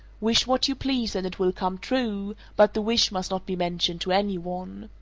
wish what you please and it will come true, but the wish must not be mentioned to any one.